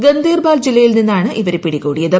ഗന്തേർബാൽ ജില്ലയിൽ നിന്നാണ് ഇവരെ പിടികൂടിയത്